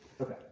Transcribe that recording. Okay